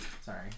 sorry